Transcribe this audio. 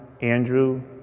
Andrew